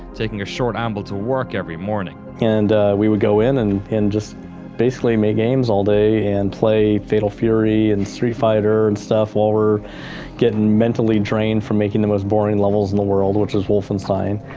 taking a short amble to work every morning. and we would go in and just basically make games all day and play fatal fury and street fighter and stuff, while we're getting mentally drained from making the most boring levels in the world, which is wolfenstein.